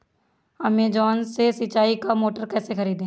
Amazon से सिंचाई का मोटर कैसे खरीदें?